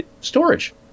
Storage